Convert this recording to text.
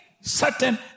certain